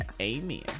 Amen